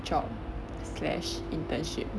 job slash internship